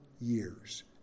years